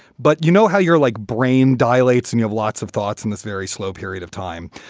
but you know how you're like brain dilates and you have lots of thoughts in this very slow period of time.